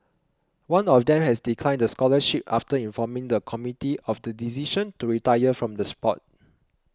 one of them has declined the scholarship after informing the committee of the decision to retire from the sport